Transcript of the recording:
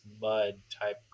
mud-type